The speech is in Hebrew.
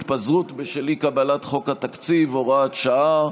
התפזרות בשל אי-קבלת חוק התקציב) (הוראת שעה).